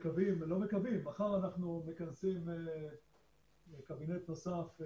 מקווים לא מקווים, מחר אנחנו מכנסים קבינט נוסף,